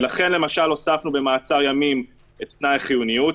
ולכן למשל הוספנו במעצר ימים את תנאי החיוניות,